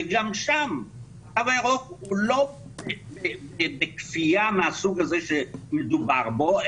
וגם שם התו הירוק הוא לא בכפייה מהסוג הזה שמדובר בו,